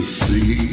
see